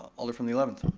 alder from the eleventh.